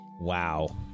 Wow